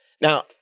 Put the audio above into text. Now